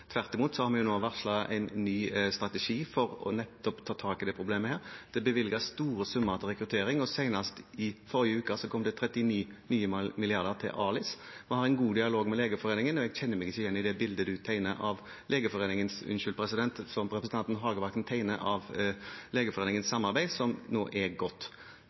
Tvert imot har vi nå varslet en ny strategi nettopp for å ta tak i dette problemet. Det er bevilget store summer til rekruttering, og senest i forrige uke kom det 39 nye milliarder til ALIS. Vi har en god dialog med Legeforeningen, og jeg kjenner meg ikke igjen i det bildet representanten Hagebakken tegner av Legeforeningens samarbeid, som nå er godt. Samtidig ser vi at det er